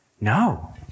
no